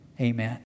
Amen